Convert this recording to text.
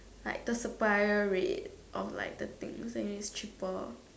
like the supplier rate of like the things then is cheaper